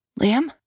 Liam